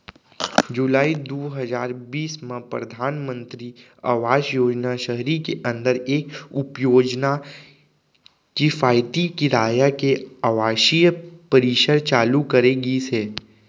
जुलाई दू हजार बीस म परधानमंतरी आवास योजना सहरी के अंदर एक उपयोजना किफायती किराया के आवासीय परिसर चालू करे गिस हे